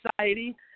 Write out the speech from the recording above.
society